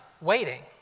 waiting